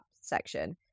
section